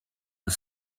was